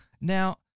Now